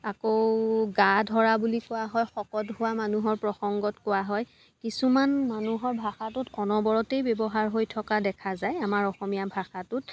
আকৌ গা ধৰা বুলি কোৱা হয় শকত হোৱা মানুহৰ প্ৰসংগত কোৱা হয় কিছুমান মানুহৰ ভাষাটোত অনবৰতেই ব্যৱহাৰ হৈ থকা দেখা যায় আমাৰ অসমীয়া ভাষাটোত